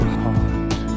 heart